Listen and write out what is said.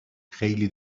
خیلی